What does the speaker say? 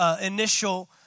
initial